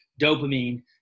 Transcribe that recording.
dopamine